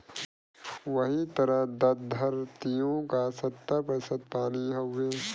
वही तरह द्धरतिओ का सत्तर प्रतिशत पानी हउए